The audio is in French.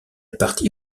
partie